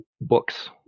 books